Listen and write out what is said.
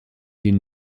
den